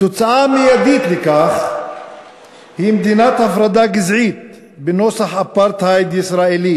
התוצאה המיידית של כך היא מדינת הפרדה גזעית בנוסח אפרטהייד ישראלי